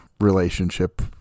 relationship